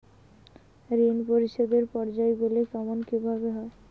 ঋণ পরিশোধের পর্যায়গুলি কেমন কিভাবে হয়?